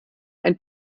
ein